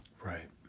right